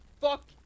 Fuck